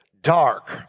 dark